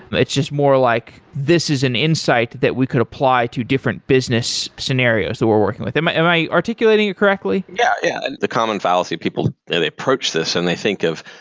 its' just more like, this is an insight that we could apply to different business scenarios that we're working with. am i am i articulating it correctly? yeah, yeah and the common fallacy people they they approach this and they think of,